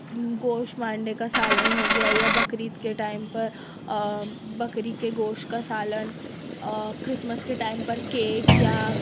گوشت مارنے کا سالن ہو گیا یا بقر عید کے ٹائم پر بکری کے گوشت کا سالن کرسمس کے ٹائم پر کیک یا